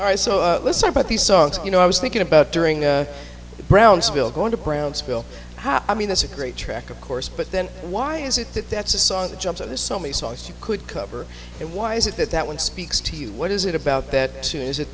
all right so let's talk about the songs you know i was thinking about during brownsville going to brownsville how i mean that's a great track of course but then why is it that that's a song that jumps out there's so many sauce you could cover it why is it that that one speaks to you what is it about that too is it